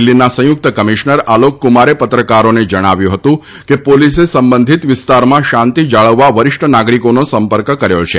દિલ્હીના સંયુક્ત કમિશ્નર અલોકકુમારે પત્રકારોને જણાવ્યું હતું કે પોલીસે સંબંધિત વિસ્તારમાં શાંતિ જાળવવા વરિષ્ઠ નાગરિકોનો સંપર્ક કર્યો છે